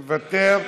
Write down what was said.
מוותר,